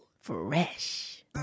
fresh